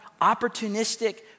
opportunistic